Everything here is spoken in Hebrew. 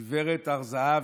גב' הר-זהב,